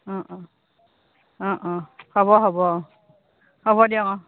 অঁ অঁ অঁ অঁ হ'ব হ'ব অঁ হ'ব দিয়ক অঁ